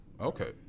Okay